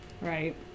right